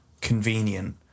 convenient